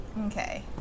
Okay